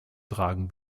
tragen